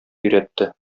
өйрәтте